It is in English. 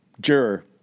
juror